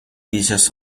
pieces